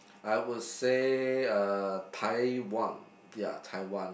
I would say uh Taiwan ya Taiwan